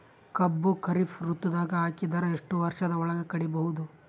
ಕಬ್ಬು ಖರೀಫ್ ಋತುದಾಗ ಹಾಕಿದರ ಎಷ್ಟ ವರ್ಷದ ಒಳಗ ಕಡಿಬಹುದು?